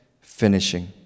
finishing